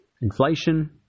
inflation